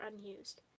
unused